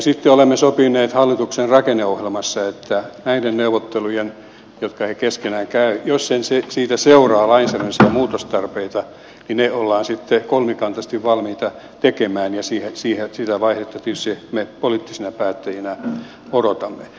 sitten olemme sopineet hallituksen rakenneohjelmassa että jos näistä neuvotteluista jotka he keskenään käyvät seuraa lainsäädännöllisiä muutostarpeita niin ne ollaan sitten kolmikantaisesti valmiita tekemään ja sitä vaihetta tietysti me poliittisina päättäjinä odotamme